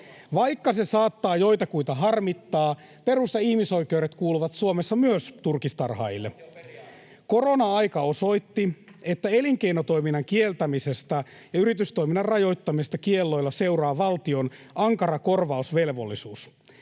Vaikka se saattaa joitakuita harmittaa, perus- ja ihmisoikeudet kuuluvat Suomessa myös turkistarhaajille. [Mauri Peltokangas: Oikeusvaltioperiaate!] Korona-aika osoitti, että elinkeinotoiminnan kieltämisestä ja yritystoiminnan rajoittamisesta kielloilla seuraa valtion ankara korvausvelvollisuus.